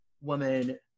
woman